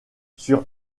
sur